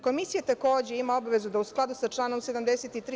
Komisija, takođe, ima obavezu da u skladu sa članom 73.